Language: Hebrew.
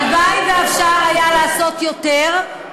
הלוואי שאפשר היה לעשות יותר,